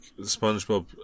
Spongebob